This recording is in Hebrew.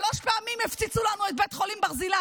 שלוש פעמים הפציצו לנו את בית החולים ברזילי.